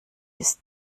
ist